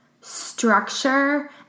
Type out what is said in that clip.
structure